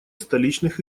столичных